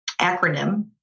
acronym